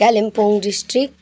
Kalimpong district